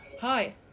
Hi